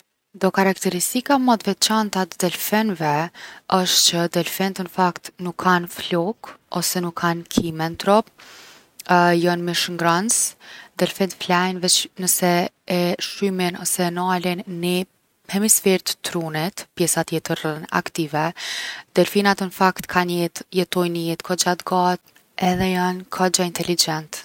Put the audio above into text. Do karakteristika ma t’veçanta t’delfinëve osht që delfint n’fakt nuk kan flokë, ose nuk kanë kime n’trup. Jon mishngrons. Delfint flejnë nëse veq e shymin ose e nalin ni hemisferë t’trunit, pjesa tjetër rrin aktive. Delfinat n’fakt kanë jet- jetojnë jetë kogja t’gatë edhe jon kogja inteligjent.